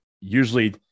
Usually